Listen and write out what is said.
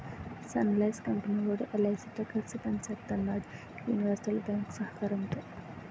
Sun Life company వోడు ఎల్.ఐ.సి తో కలిసి పని సేత్తన్నాడు యూనివర్సల్ బ్యేంకు సహకారంతో